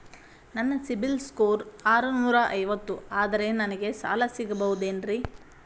ನನ್ನ ಸಿಬಿಲ್ ಸ್ಕೋರ್ ಆರನೂರ ಐವತ್ತು ಅದರೇ ನನಗೆ ಸಾಲ ಸಿಗಬಹುದೇನ್ರಿ?